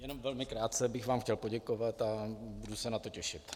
Jenom velmi krátce bych vám chtěl poděkovat a budu se na to těšit.